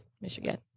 Michigan